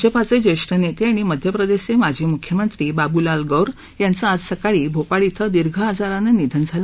भाजपाचे ज्येष्ठ नेते आणि मध्य प्रदेशचे माजी मुख्यमंत्री बाबुलाल गौर यांचं आज सकाळी भोपाळ इथं दीर्घ आजारानं निधन झालं